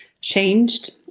changed